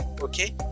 Okay